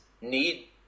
need